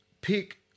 Pick